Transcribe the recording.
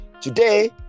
Today